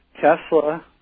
Tesla